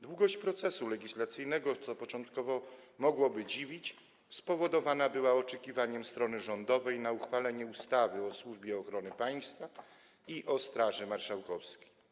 Długość procesu legislacyjnego, co początkowo mogłoby dziwić, spowodowana była oczekiwaniem strony rządowej na uchwalenie ustawy o Służbie Ochrony Państwa i o Straży Marszałkowskiej.